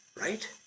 Right